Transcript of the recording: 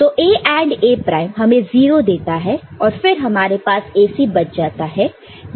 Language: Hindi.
तो A AND A प्राइम हमें 0 देता है तो फिर हमारे पास AC बच जाता है